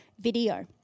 video